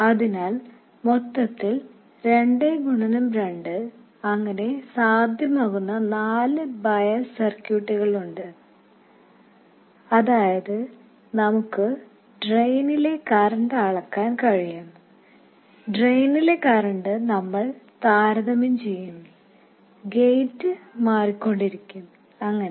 അതിനാൽ മൊത്തത്തിൽ 2 ഗുണനം 2 അങ്ങനെ സാധ്യമാകുന്ന നാല് ബയസ് സർക്യൂട്ടുകൾ ഉണ്ട് അതായത് നമുക്ക് ഡ്രെയിനിലെ കറന്റ് അളക്കാൻ കഴിയും ഡ്രെയിനിലെ കറൻറ് നമ്മൾ താരതമ്യം ചെയ്യും ഗേറ്റ് മാറ്റികൊണ്ടിരിക്കും അങ്ങനെ